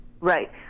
Right